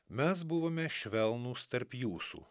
mes buvome švelnūs tarp jūsų